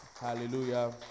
Hallelujah